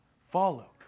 follow